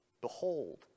Behold